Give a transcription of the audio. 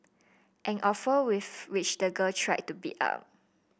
an offer which the girl tried to beat up